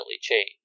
change